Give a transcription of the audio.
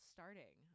starting